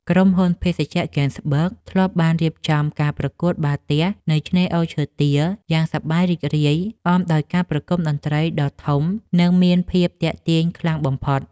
ក្រុមហ៊ុនភេសជ្ជៈហ្គេនស៍បឺគធ្លាប់បានរៀបចំការប្រកួតបាល់ទះនៅឆ្នេរអូឈើទាលយ៉ាងសប្បាយរីករាយអមដោយការប្រគំតន្ត្រីដ៏ធំ និង មានភាពទាក់ទាញខ្លាំងបំផុត។